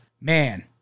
man